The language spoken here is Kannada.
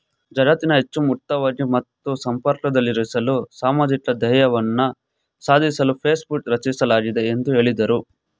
ಜಗತ್ತನ್ನ ಹೆಚ್ಚು ಮುಕ್ತವಾಗಿ ಮತ್ತು ಸಂಪರ್ಕದಲ್ಲಿರಿಸಲು ಸಾಮಾಜಿಕ ಧ್ಯೇಯವನ್ನ ಸಾಧಿಸಲು ಫೇಸ್ಬುಕ್ ರಚಿಸಲಾಗಿದೆ ಎಂದು ಹೇಳಿದ್ರು